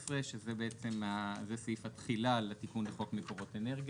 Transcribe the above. שזה סעיף התחילה לתיקון לחוק מקורות אנרגיה,